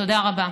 תודה רבה.